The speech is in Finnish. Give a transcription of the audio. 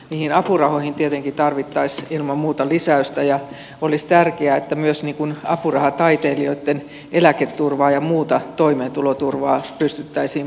niihin apurahoihin tietenkin tarvittaisiin ilman muuta lisäystä ja olisi tärkeää että myös apurahataiteilijoitten eläketurvaa ja muuta toimeentuloturvaa pystyttäisiin parantamaan